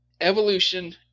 Evolution